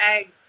eggs